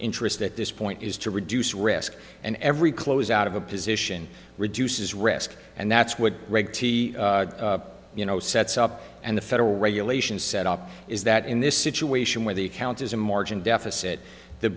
interest at this point is to reduce risk and every close out of a position reduces risk and that's what reg t you know sets up and the federal regulations set up is that in this situation where the account is a margin deficit the